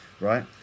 Right